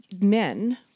men